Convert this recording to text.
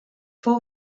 fou